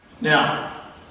Now